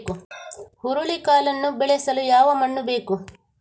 ಹುರುಳಿಕಾಳನ್ನು ಬೆಳೆಸಲು ಯಾವ ಮಣ್ಣು ಬೇಕು?